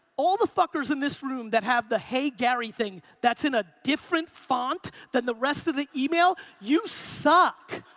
all the fuckers in this room that have the hey gary thing that's in a different font than the rest of the email, you suck.